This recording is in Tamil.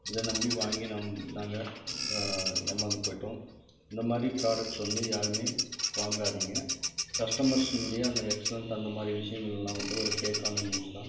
இதை நம்பி வாங்கி நாம் நாங்கள் ஏமார்ந்து போயிவிட்டோம் இந்த மாதிரி ஃப்ராடக்ட்ஸ் வந்து யாருமே வாங்காதிங்க கஸ்ட்டமர்ஸ்ஸினுடைய அந்த எக்ஸ்லண்ட்டு அந்த மாதிரி விஷயங்கள் எல்லாம் வந்து ஒரு ஃபேக்கான நியூஸ் தான்